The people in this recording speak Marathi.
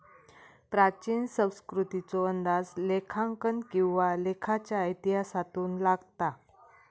प्राचीन संस्कृतीचो अंदाज लेखांकन किंवा लेखाच्या इतिहासातून लागता